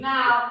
Now